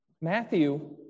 Matthew